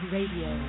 Radio